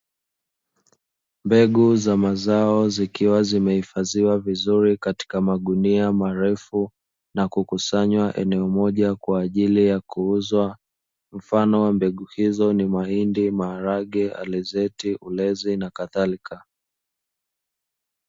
Mbegu za mazao zikiwa zimehifadhiwa vizuri katika magunia marefu na kukusanywa eneo moja kwa ajili ya kuuzwa. Mfano wa mbegu hizo ni: mahindi, maharage, alizeti, ulezi na kadhalika.